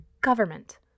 government